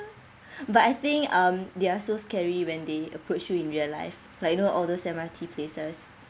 but I think um they are so scary when they approach you in real life like you know all those M_R_T places